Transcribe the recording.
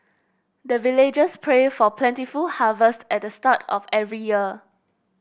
the villagers pray for plentiful harvest at the start of every year